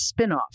spinoff